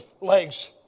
legs